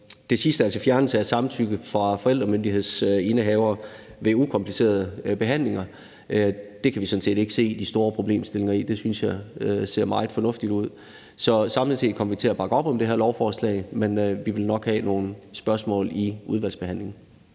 Det sidste om fjernelse af samtykke fra forældremyndighedsindehavere ved ukomplicerede behandlinger kan vi sådan set ikke se de store problemer i. Det synes jeg ser meget fornuftigt ud. Så samlet set kommer vi til at bakke op om det her lovforslag, men vi vil nok have nogle spørgsmål i udvalgsbehandlingen.